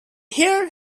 here